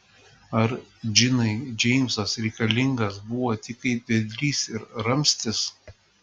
ar džinai džeimsas reikalingas buvo tik kaip vedlys ir ramstis